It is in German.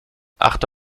achte